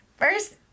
first